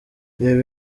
reba